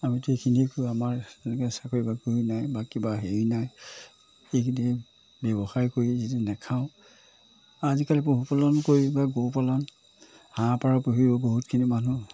আমিতো সেইখিনিয়ে আমাৰ যেনেকৈ চাকৰি বাকৰি নাই বা কিবা হেৰি নাই সেইখিনি ব্যৱসায় কৰি যদি নাখাওঁ আজিকালি পশুপালন কৰি বা গৰু পালন হাঁহ পাৰ পুহিও বহুতখিনি মানুহ